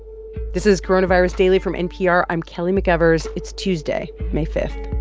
this is coronavirus daily from npr. i'm kelly mcevers. it's tuesday, may five